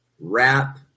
wrap